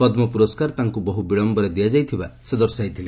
ପଦ୍କ ପୁରସ୍କାର ତାଙ୍କୁ ବହୁ ବିଳମ୍ଘରେ ଦିଆଯାଇଥିବା ସେ ଦର୍ଶାଇଥିଲେ